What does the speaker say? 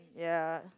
ya